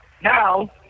Now